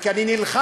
כי אני נלחמתי.